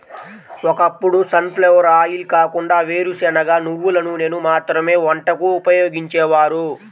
ఒకప్పుడు sunflower oil కాకుండా వేరుశనగ, నువ్వుల నూనెను మాత్రమే వంటకు ఉపయోగించేవారు